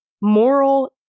Moral